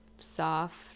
soft